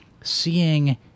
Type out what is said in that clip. seeing